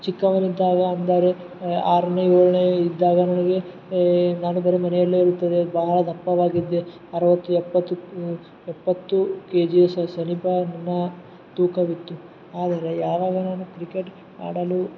ಚಿಕ್ಕವನಿದ್ದಾಗ ಅಂದರೆ ಆರನೇ ಏಳನೇ ಇದ್ದಾಗ ನನಗೆ ನಾನು ಬರೀ ಮನೆಯಲ್ಲೇ ಇರುತ್ತೇನೆ ಬಹಳ ದಪ್ಪವಾಗಿದ್ದೆ ಅರವತ್ತು ಎಪ್ಪತ್ತು ಎಪ್ಪತ್ತು ಕೆಜಿ ಸಮೀಪ ನನ್ನ ತೂಕವಿತ್ತು ಆದರೆ ಯಾವಾಗ ನಾನು ಕ್ರಿಕೆಟ್ ಆಡಲು